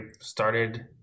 started